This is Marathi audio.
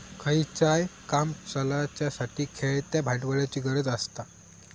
खयचाय काम चलाच्यासाठी खेळत्या भांडवलाची गरज आसता